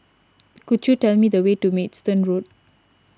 could you tell me the way to Maidstone Road